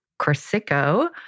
Corsico